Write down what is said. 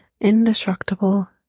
indestructible